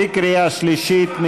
בקריאה שלישית.